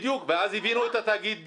בדיוק, ואז הבאנו את התאגיד ביולי.